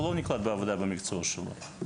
או לא נקלט לעבודה במקצוע שלו,